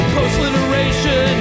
Post-literation